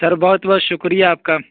سر بہت بہت شکریہ آپ کا